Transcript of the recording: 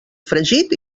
fregit